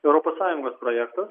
europos sąjungos projektas